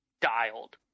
dialed